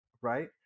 right